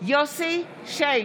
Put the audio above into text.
יוסף שיין,